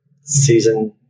season